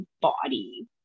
body